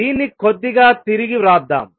దీన్ని కొద్దిగా తిరిగి వ్రాద్దాం